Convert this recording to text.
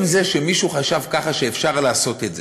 עצם זה שמישהו חשב ככה, שאפשר לעשות את זה,